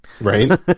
Right